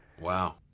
Wow